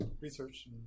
research